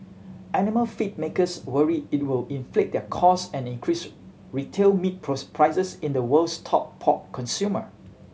animal feed makers worry it will inflate their cost and increase retail meat pros prices in the world's top pork consumer